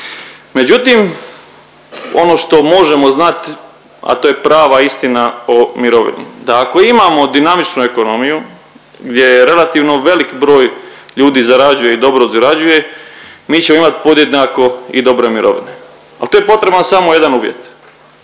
Međutim, ono što možemo znati, a to je prava istina o mirovini, da ako imamo dinamičnu ekonomiju gdje relativno velik broj ljudi zarađuje i dobro zarađuje, mi ćemo imat podjednako i dobre mirovine, al tu je potreban samo jedan uvjet,